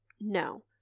no